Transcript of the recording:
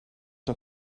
for